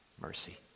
mercy